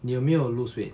你有没有 lose weight